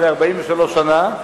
זה 43 שנה,